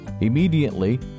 Immediately